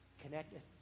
connected